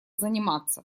заниматься